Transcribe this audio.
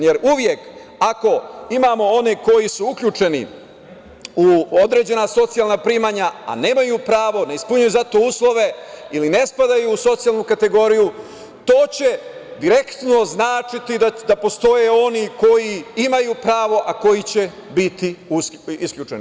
Ako imamo one koji su uključeni u određena socijalna primanja, a nemaju pravo, ne ispunjavaju za to uslove ili ne spadaju u socijalnu kategoriju, to će direktno značiti da postoje oni koji imaju pravo, a koji će biti isključeni.